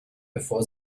bevor